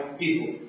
people